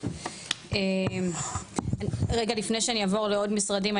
רגע לפני שאני אעבור לעוד משרדים,